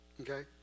okay